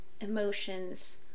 emotions